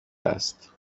است